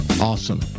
Awesome